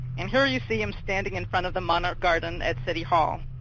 and here you see him standing in front of the monarch garden at city hall.